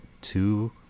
two